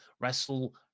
Wrestle